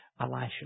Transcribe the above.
Elisha